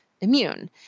immune